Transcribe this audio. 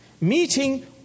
meeting